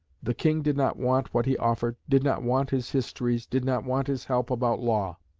the king did not want what he offered, did not want his histories, did not want his help about law.